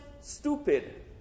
stupid